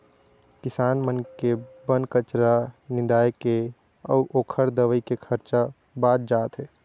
किसान मन के बन कचरा निंदाए के अउ ओखर दवई के खरचा बाच जाथे